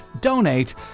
donate